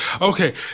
Okay